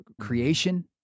creation